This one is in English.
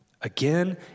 again